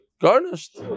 Garnished